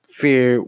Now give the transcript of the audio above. fear